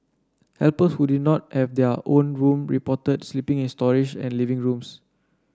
helper who did not have their own room reported sleeping in storage and living rooms